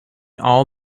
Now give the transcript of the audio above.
all